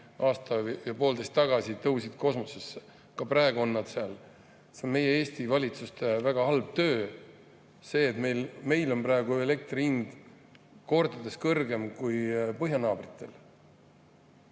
aasta-poolteist tagasi tõusid kosmosesse. Ka praegu on nad seal ja see on meie Eesti valitsuste väga halva töö [tagajärg]. Meil on praegu elektri hind kordades kõrgem kui põhjanaabritel.